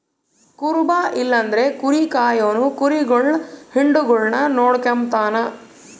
ಕುರುಬ ಇಲ್ಲಂದ್ರ ಕುರಿ ಕಾಯೋನು ಕುರಿಗುಳ್ ಹಿಂಡುಗುಳ್ನ ನೋಡಿಕೆಂಬತಾನ